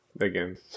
again